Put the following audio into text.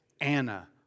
Anna